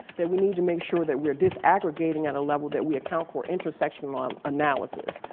that we need to make sure that we're disaggregating at a level that we account for intersectional ah analysis.